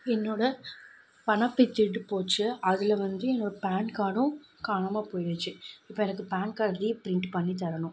என்னோடய பணப்பை திருட்டு போய்ச்சி அதில் வந்து என்னோட பேன் கார்டும் காணாமல் போயிடுச்சி இப்போ எனக்கு பேன் கார்ட் ரீப்ரிண்ட் பண்ணி தரணும்